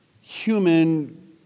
human